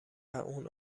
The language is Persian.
اون